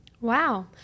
Wow